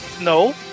No